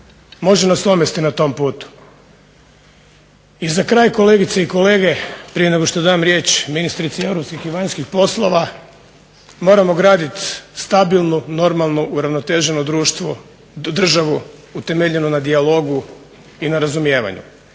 može nas omesti na tom putu. I za kraj, kolegice i kolege, prije nego što dam riječ ministrici europskih i vanjskih poslova moramo graditi stabilno, normalno, uravnoteženo društvo, tu državu utemeljenu na dijalogu i na razumijevanju.